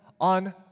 on